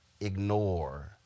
ignore